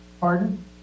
pardon